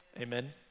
amen